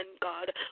God